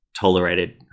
tolerated